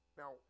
now